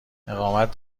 اقامت